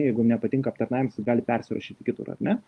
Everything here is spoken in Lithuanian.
jeigu nepatinka aptarnavimas jis gali persirašyti kitur ar ne